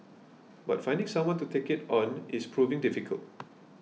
but finding someone to take it on is proving difficult